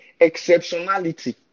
Exceptionality